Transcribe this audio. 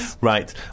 Right